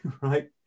right